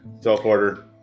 self-order